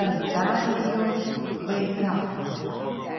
tanzanijos vaikams